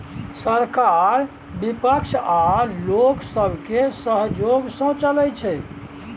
सरकार बिपक्ष आ लोक सबके सहजोग सँ चलइ छै